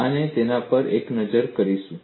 આપણે તેના પર એક નજર કરીશું